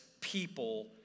people